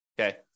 okay